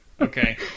Okay